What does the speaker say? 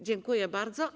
Dziękuję bardzo.